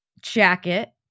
jacket